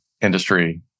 industry